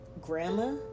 Grandma